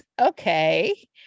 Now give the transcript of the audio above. Okay